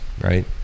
right